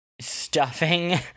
stuffing